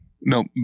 No